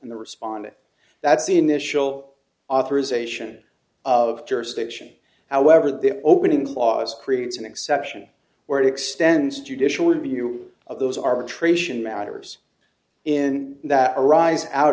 and the respondent that's the initial authorization of jurisdiction however the opening clause creates an exception or it extends judicial review of those arbitration matters in that arise out